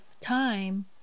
time